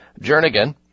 Jernigan